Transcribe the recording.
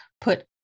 put